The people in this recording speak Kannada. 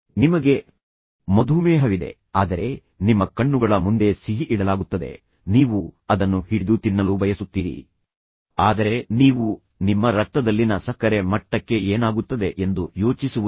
ನಿಮಗೆ ಮಧುಮೇಹವಿದೆ ಆದರೆ ನಿಮ್ಮ ಕಣ್ಣುಗಳ ಮುಂದೆ ಸಿಹಿಯಾಗಿಡಲಾಗುತ್ತದೆ ನೀವು ಅದನ್ನು ಹಿಡಿದು ತಿನ್ನಲು ಬಯಸುತ್ತೀರಿ ಆದರೆ ನೀವು ನಿಮ್ಮ ರಕ್ತದಲ್ಲಿನ ಸಕ್ಕರೆ ಮಟ್ಟಕ್ಕೆ ಏನಾಗುತ್ತದೆ ಎಂದು ಯೋಚಿಸುವುದಿಲ್ಲ